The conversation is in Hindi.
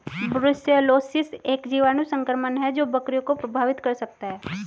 ब्रुसेलोसिस एक जीवाणु संक्रमण है जो बकरियों को प्रभावित कर सकता है